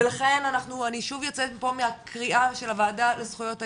ולכן אני שוב יוצאת פה עם קריאה מהוועדה לזכויות הילד,